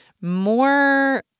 more